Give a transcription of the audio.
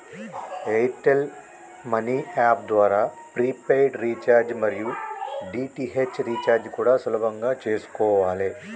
air tell money app ద్వారా prepaid recharge మరియు DTH recharge కూడా సులభంగా చేసుకోవాలే